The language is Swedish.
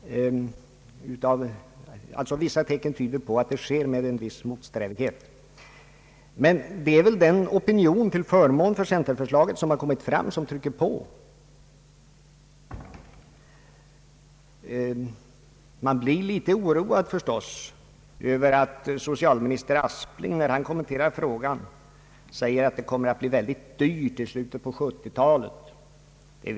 Vissa tecken tyder på att det skett med viss motsträvighet. Det är förmodligen opinionen till förmån för centerförslaget som trycker på. Man blir dock litet oroad över att socialminister Aspling, när han kommenterar frågan, säger att förslaget kommer att ställa sig mycket dyrt i slutet på 1970-talet.